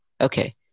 Okay